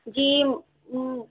جی